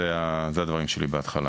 אלה דבריי בהתחלה.